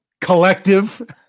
collective